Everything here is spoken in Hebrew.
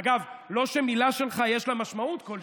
אגב, לא שמילה שלך יש לה משמעות כלשהי,